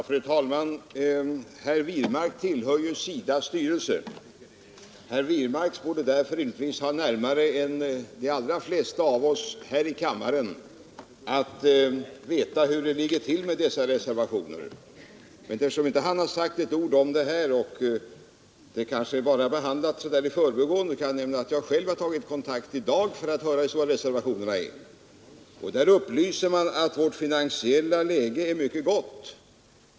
Fru talman! Herr Wirmark tillhör SIDA:s styrelse. Herr Wirmark borde därför rimligtvis ha närmare än de allra flesta av oss här i kammaren till att skaffa sig upplysningar om hur det ligger till med reservationerna. Men eftersom han inte sagt ett ord om dem här och eftersom de bara behandlats i förbigående kan jag nämna att jag själv i dag tagit kontakt med SIDA för att höra hur stora reservationerna är. Man upplyser att det finansiella läget är mycket gott.